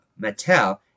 Mattel